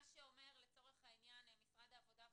מה שאומר, נציגי משרד העבודה והרווחה,